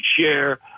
share